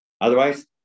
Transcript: Otherwise